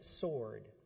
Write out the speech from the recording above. sword